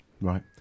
right